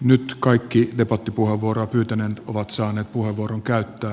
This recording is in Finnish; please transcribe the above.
nyt kaikki debattipuheenvuoroa pyytäneet ovat saaneet puheenvuoron käyttää